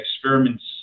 experiments